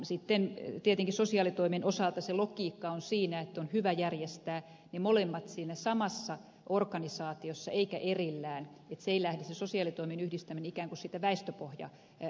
sitten tietenkin sosiaalitoimen osalta se logiikka on siinä että on hyvä järjestää ne molemmat siinä samassa organisaatiossa eikä erillään niin että se sosiaalitoimen yhdistäminen ei lähde ikään kuin siitä väestöpohjavelvoitteesta